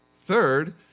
Third